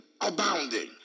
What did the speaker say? abounding